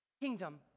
kingdom